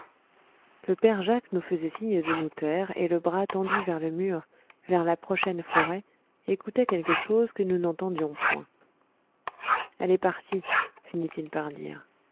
le père jacques nous faisait signe de nous taire et le bras tendu vers le mur vers la prochaine forêt écoutait quelque chose que nous n'entendions point elle est partie finit-il par dire